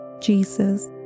Jesus